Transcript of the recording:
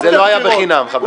זה לא היה חינם, חבר הכנסת שטרן.